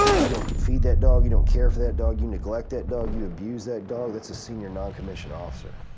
you don't feed that dog, you don't care for that dog, you neglect that dog you abuse that dog, that's a senior non-commissioned officer.